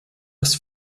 das